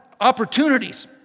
opportunities